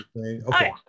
Okay